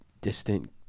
distant